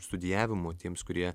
studijavimu tiems kurie